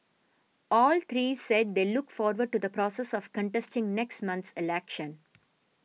all three said they look forward to the process of contesting next month's election